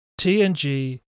TNG